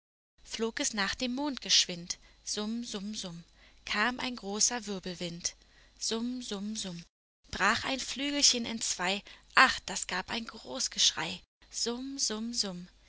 flog es nach dem mond geschwind summ summ summ kam ein großer wirbelwind summ summ summ brach ein flügelchen entzwei ach das gab ein groß geschrei summ summ summ